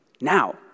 Now